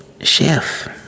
chef